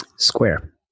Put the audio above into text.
Square